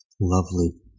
Lovely